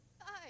Hi